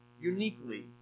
uniquely